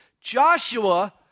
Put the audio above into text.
Joshua